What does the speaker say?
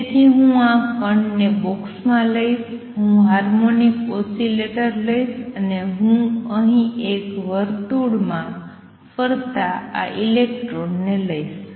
તેથી હું આ કણને બોક્સમાં લઈશ હું હાર્મોનિક ઓસિલેટર લઈશ અને હું અહીં એક વર્તુળમાં ફરતા આ ઇલેક્ટ્રોનને લઈશ